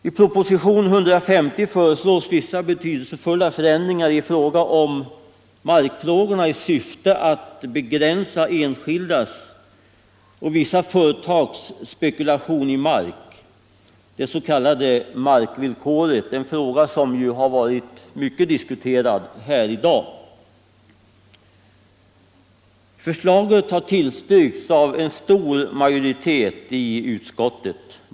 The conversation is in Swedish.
I propositionen 150 föreslås vissa betydelsefulla förändringar beträffande markfrågorna i syfte att begränsa enskildas och vissa företags spekulation i mark, det s.k. markvillkoret. Det är en fråga som varit mycket diskuterad här i dag. Förslaget har tillstyrkts av en stor majoritet i utskottet.